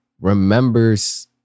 remembers